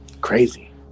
Crazy